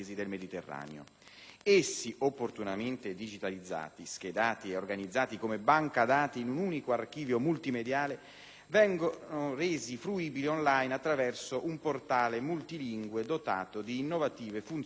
Essi, opportunamente digitalizzati, schedati e organizzati come banca dati in un unico archivio multimediale, vengono resi fruibili *on line* attraverso un portale multilingue dotato di innovative funzioni di ricerca.